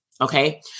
okay